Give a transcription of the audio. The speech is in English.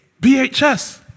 BHS